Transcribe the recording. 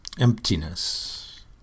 emptiness